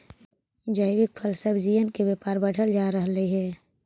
जैविक फल सब्जियन के व्यापार बढ़ल जा रहलई हे